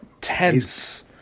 tense